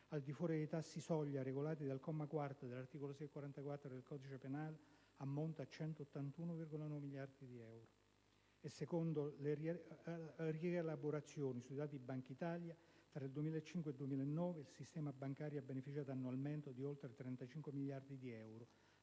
al di fuori dei tassi soglia regolati dal comma 4 dell'articolo 644 del codice penale, ammonta a 181,9 miliardi di euro. E secondo le rielaborazioni su dati Bankitalia, tra il 2005 e il 2009 il sistema bancario ha beneficiato annualmente di oltre 35 miliardi di euro